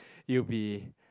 it will be